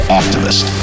activist